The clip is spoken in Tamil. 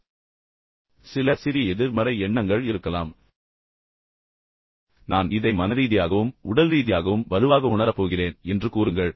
எனவே சில சிறிய எதிர்மறை எண்ணங்கள் இருக்கலாம் ஆனால் நீங்கள் உற்சாகப்படுத்துகிறீர்கள் பின்னர் ஆம் நான் இதை மனரீதியாகவும் பின்னர் உடல்ரீதியாகவும் வலுவாக உணரப் போகிறேன் என்று கூறுங்கள்